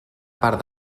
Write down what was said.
part